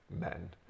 men